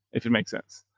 if it makes sense.